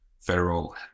federal